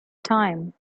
time